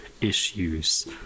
issues